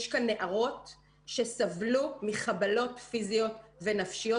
יש כאן נערות שסבלו מחבלות פיזיות ונפשיות,